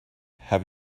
have